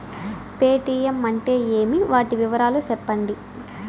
Paytm అంటే ఏమి, వాటి వివరాలు సెప్పండి?